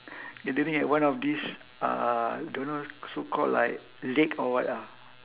gathering at one of this uh don't know so called like lake or what lah